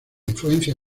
influencia